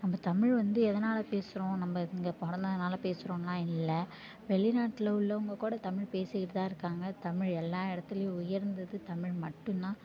நம்ம தமிழ் வந்து எதனால் பேசுகிறோம் நம்ம இங்கே பிறந்ததுனால பேசுறோம்லான் இல்லை வெளி நாட்டில் உள்ளவங்க கூட தமிழ் பேசிக்கிட்டுதான் இருக்காங்க தமிழ் எல்லா இடத்துலியும் உயர்ந்தது தமிழ் மட்டுந்தான்